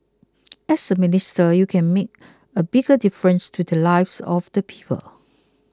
as a minister you can make a bigger difference to the lives of the people